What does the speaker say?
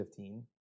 2015